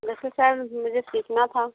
वैसे सर मुझे सीखना था